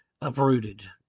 uprooted